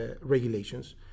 regulations